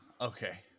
Okay